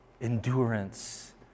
Endurance